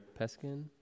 Peskin